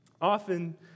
Often